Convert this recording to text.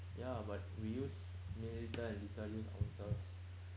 ya but we use millilitres and litres use ounces